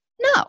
No